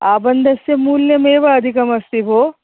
आबन्धस्य मूल्यमेव अधिकमस्ति भोः